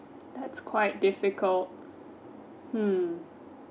that's quite difficult hmm